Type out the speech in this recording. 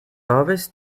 ovest